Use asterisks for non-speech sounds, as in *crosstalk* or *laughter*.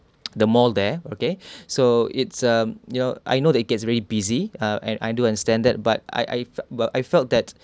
*noise* the mall there okay so it's uh you know I know that it gets very busy ah and I do understand that but I I but I felt that